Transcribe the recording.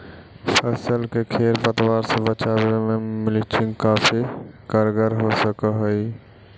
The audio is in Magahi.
फसल के खेर पतवार से बचावे में मल्चिंग काफी कारगर हो सकऽ हई